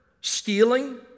stealing